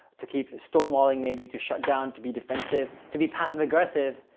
to keep stonewalling, maybe to shut down, to be defensive, to be passive aggressive.